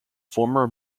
former